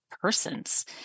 persons